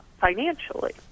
financially